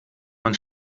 man